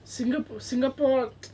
singapore singapore